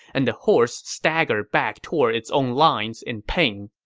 and the horse staggered back toward its own lines in pain.